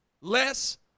less